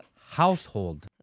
household